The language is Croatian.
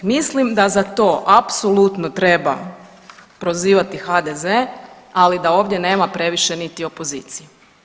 Mislim da za to apsolutno treba prozivati HDZ ali da ovdje nema previše niti opozicije.